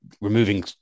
removing